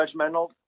judgmental